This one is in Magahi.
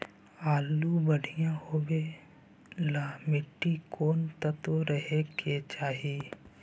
आलु बढ़िया होबे ल मट्टी में कोन तत्त्व रहे के चाही?